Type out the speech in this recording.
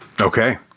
Okay